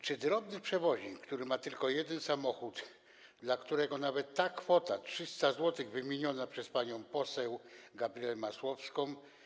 Czy drobny przewoźnik, który ma tylko jeden samochód, dla którego nawet kwota 300 zł wymieniona przez panią poseł Gabrielę Masłowską.